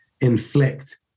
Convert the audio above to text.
inflict